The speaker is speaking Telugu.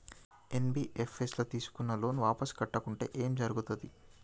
ఎన్.బి.ఎఫ్.ఎస్ ల తీస్కున్న లోన్ వాపస్ కట్టకుంటే ఏం జర్గుతది?